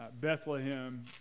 Bethlehem